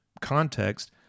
context